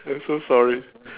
I'm so sorry